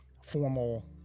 formal